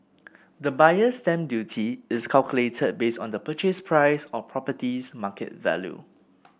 the Buyer's Stamp Duty is calculated based on the purchase price or property's market value